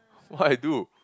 what I do